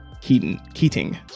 Keating